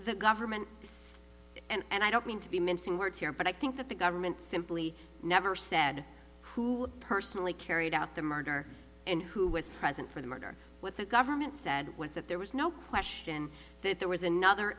the government and i don't mean to be mincing words here but i think that the government simply never said who personally carried out the murder and who was present for the murder what the government said was that there was no question that there was another